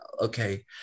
okay